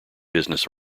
business